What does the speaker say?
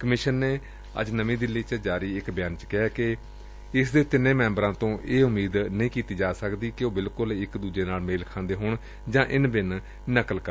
commission ਨੇ ਅੱਜ ਨਵੀ ਦਿੱਲੀ 'ਚ ਜਾਰੀ ਇਕ ਬਿਆਨ 'ਚ ਕਿਹੈ ਕਿ ਇਸ ਦੇ ਤਿੰਨ ਮੈਂਬਰਾਂ ਤੋਂ ਇਹ ਉਮੀਦ ਨਹੀ ਕੀਤੀ ਜਾ ਸਕਦੀ ਕਿ ਉਹ ਬਿਲਕੁਲ ਇਕ ਦੂਜੇ ਨਾਲ਼ ਮੇਲ ਖਾਂਦਾ ਚੋਣ ਦੀ ਇੰਨ ਬਿੰਨ ਨਕਲ ਕਰਨ